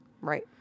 Right